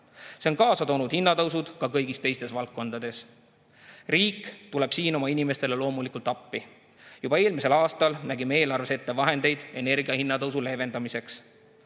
See on kaasa toonud hinnatõusud ka kõigis teistes valdkondades. Riik tuleb siin oma inimestele loomulikult appi. Juba eelmisel aastal nägime eelarves ette vahendeid energia hinnatõusu leevendamiseks.